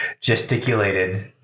gesticulated